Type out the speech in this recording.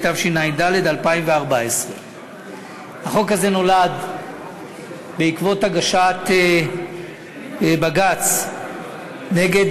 התשע"ד 2014. החוק הזה נולד בעקבות הגשת בג"ץ נגד